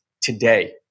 today